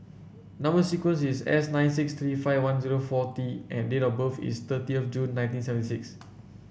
number sequence is S nine six three five one zero four T and date of birth is thirtieth of June nineteen seven six